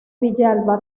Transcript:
villalba